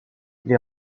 les